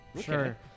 sure